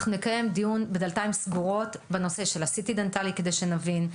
אנחנו נקיים דיון בדלתיים סגורות בנושא של ה-CT דנטלי כדי שנבין,